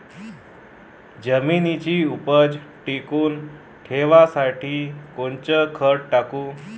जमिनीची उपज टिकून ठेवासाठी कोनचं खत टाकू?